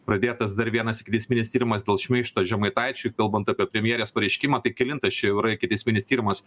pradėtas dar vienas ikiteisminis tyrimas dėl šmeižto žemaitaičiui kalbant apie premjerės pareiškimą tai kelintas čia jau yra ikiteisminis tyrimas